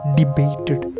debated